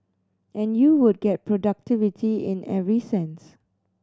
and you would get productivity in every sense